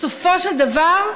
בסופו של דבר,